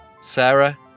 Sarah